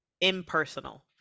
impersonal